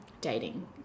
dating